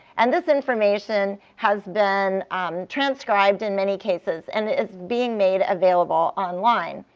and this information has been um transcribed in many cases, and is being made available online.